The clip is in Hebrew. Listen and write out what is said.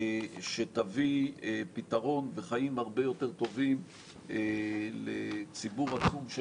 שתביא פתרון וחיים הרבה יותר טובים לציבור עצום של